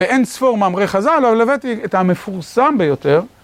ואין ספור מאמרי חזל, אבל הבאתי את המפורסם ביותר.